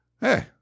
Hey